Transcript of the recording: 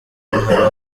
hari